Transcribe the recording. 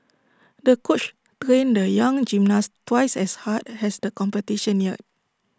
the coach trained the young gymnast twice as hard as the competition neared